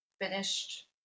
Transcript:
finished